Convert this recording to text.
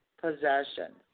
possession